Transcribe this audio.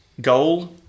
goal